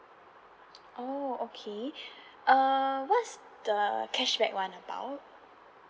oh okay uh what's the cashback one about